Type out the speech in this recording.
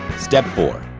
step four.